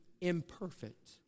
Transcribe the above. imperfect